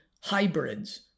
hybrids